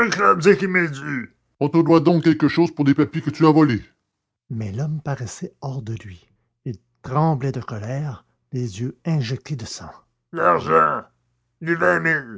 qui m'est dû on te doit donc quelque chose pour des papiers que tu as volés mais l'homme paraissait hors de lui il tremblait de colère les yeux injectés de sang l'argent les vingt mille